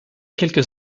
quelques